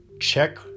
check